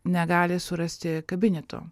negali surasti kabineto